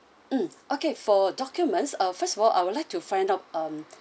mm okay for documents uh first of all I would like to find out um